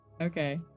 Okay